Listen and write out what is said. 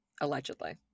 Allegedly